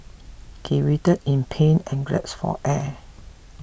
he writhed in pain and gasped for air